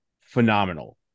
phenomenal